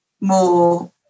more